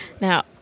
Now